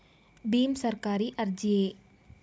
ಭೀಮ್ ಸರ್ಕಾರಿ ಅರ್ಜಿಯೇ?